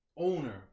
owner